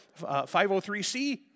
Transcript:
503C